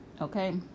Okay